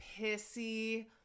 pissy